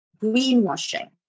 greenwashing